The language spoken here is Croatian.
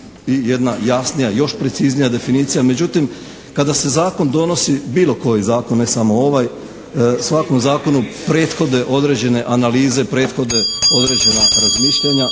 i jedna jasnija i još preciznija definicija. Međutim kada se zakon donosi, bilo koji zakon ne samo ovaj, u svakom zakonu prethodne određene analize, prethodne